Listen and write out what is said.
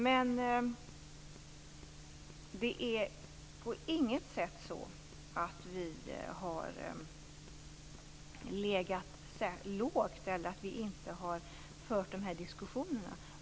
Men det är inte så att vi har legat lågt eller att vi inte har fört diskussionerna.